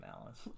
Alice